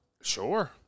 Sure